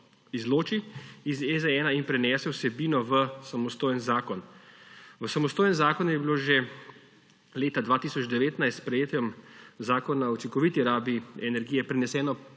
izloči iz EZ-1 in prenese vsebino v samostojen zakon. V samostojen zakon je bilo že leta 2019 s sprejetjem Zakona o učinkoviti rabi energije preneseno